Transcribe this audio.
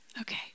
okay